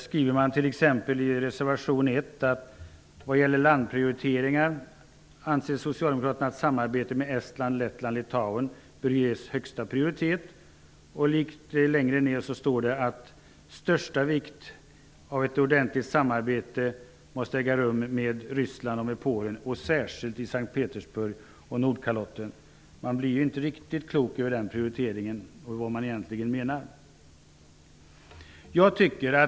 Socialdemokraterna skriver t.ex. vad gäller landprioriteringar ''att samarbetet med Estland, Lettland och Litauen bör ges högsta prioritet''. Vidare sägs det att det är ''av största vikt att ett ordentligt samarbete också äger rum med Ryssland och med Polen, särskilt S:t Nordkalotten/Barentsregionen''. Man blir ju inte riktigt klok över den prioriteringen och vad reservanterna egentligen menar.